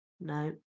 No